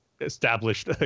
established